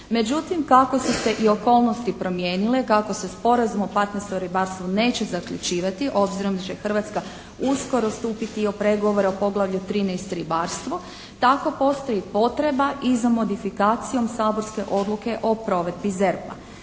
Međutim, kako su se i okolnosti promijenile, kako se sporazum o partnerstvu i ribarstvu neće zaključivati obzirom da će Hrvatska uskoro stupiti u pregovore o poglavlju 13. ribarstvo tako postoji potreba i za modifikacijom saborske odluke o provedbi ZERP-a.